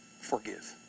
forgive